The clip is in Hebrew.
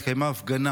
התקיימה הפגנה